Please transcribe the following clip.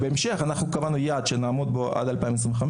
בהמשך אנחנו קבענו יעד שנעמוד בו עד 2025,